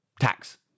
tax